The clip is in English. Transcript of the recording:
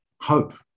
hope